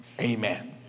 Amen